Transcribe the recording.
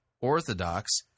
Orthodox